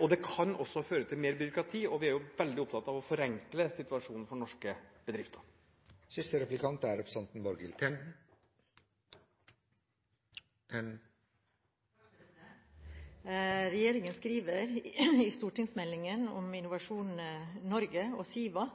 og det kan også føre til mer byråkrati. Vi er veldig opptatt av å forenkle situasjonen for norske bedrifter. Regjeringen skriver i stortingsmeldingen om Innovasjon Norge og SIVA